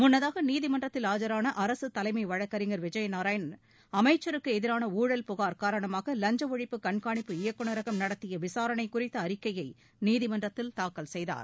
முன்னதாக நீதிமன்றத்தில் ஆஜராள அரசு தலைமை வழக்கறிஞர் விஜயநாராயணன் அமைச்சருக்கு எதிரான ஊழல் புகார் காரணமாக லஞ்ச ஒழிப்பு கண்காணிப்பு இயக்குநரகம் நடத்திய விசாரணை குறித்த அறிக்கையை நீதிமன்றத்தில் தாக்கல் செய்தார்